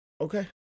Okay